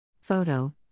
Photo